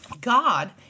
God